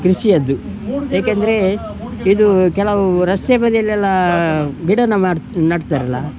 ಕೃಷಿಯದ್ದು ಏಕೆಂದರೆ ಇದು ಕೆಲವು ರಸ್ತೆ ಬದಿಯಲ್ಲೆಲ್ಲ ಗಿಡಾನ ಮಾಡ್ತಾ ನೆಡ್ತಾರಲ್ಲ